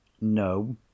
No